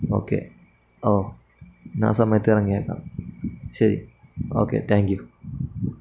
okay ഓ എന്നാൽ സമയത്ത് ഇറങ്ങിയേക്കാം ശരി ഓക്കെ താങ്ക് യൂ